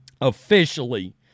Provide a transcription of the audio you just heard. officially